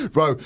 Bro